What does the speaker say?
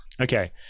Okay